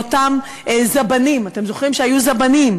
אתם זוכרים שהיו זבנים